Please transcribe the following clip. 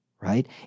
right